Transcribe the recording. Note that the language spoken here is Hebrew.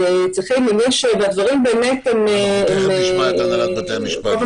תיכף נשמע את הנהלת בתי המשפט.